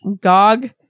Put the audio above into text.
gog